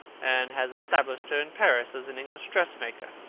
and has established her in paris as an english dressmaker.